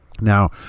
Now